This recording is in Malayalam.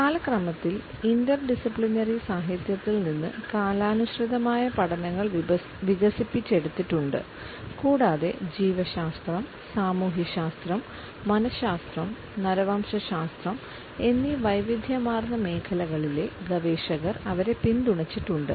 കാലക്രമത്തിൽ ഇന്റർ ഡിസിപ്ലിനറി സാഹിത്യത്തിൽ നിന്ന് കാലാനുസൃതമായ പഠനങ്ങൾ വികസിപ്പിച്ചെടുത്തിട്ടുണ്ട് കൂടാതെ ജീവശാസ്ത്രം സാമൂഹ്യശാസ്ത്രം മനശാസ്ത്രം നരവംശശാസ്ത്രം എന്നീ വൈവിധ്യമാർന്ന മേഖലകളിലെ ഗവേഷകർ അവരെ പിന്തുണച്ചിട്ടുണ്ട്